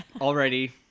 already